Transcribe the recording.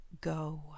go